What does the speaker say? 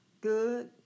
good